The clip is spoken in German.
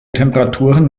temperaturen